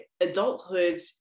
adulthood